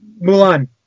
Mulan